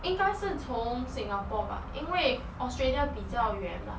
应该是从 singapore 吧因为 australia 比较远吗